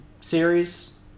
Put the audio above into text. series